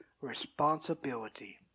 responsibility